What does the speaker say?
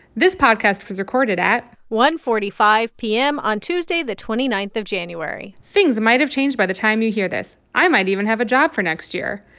this podcast was recorded at. one forty five p m. on tuesday, the twenty nine of january things might have changed by the time you hear this. i might even have a job for next year.